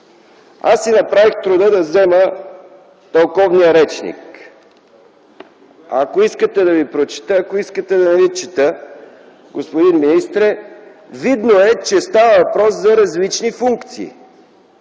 Михаил Миков показва тълковен речник.) Ако искате да Ви прочета, ако искате да не Ви чета, господин министре, видно е, че става въпрос за различни функции.